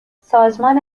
سازمان